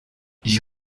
j’y